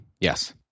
Yes